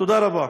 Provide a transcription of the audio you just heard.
תודה רבה.